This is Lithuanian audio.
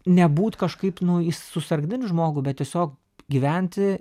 nebūt kažkaip nu į susargdint žmogų bet tiesiog gyventi